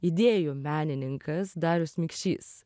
idėjų menininkas darius mikšys